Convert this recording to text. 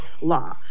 law